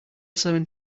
seven